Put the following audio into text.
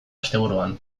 asteburuan